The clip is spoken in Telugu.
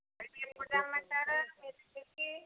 మేం ఎప్పుడు రమ్మంటారు మీదగ్గరకి